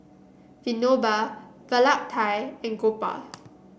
Vinoba Vallabhbhai and Gopal